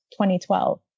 2012